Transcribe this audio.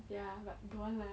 ya but don't want lah